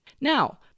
Now